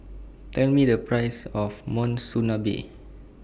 Tell Me The Price of Monsunabe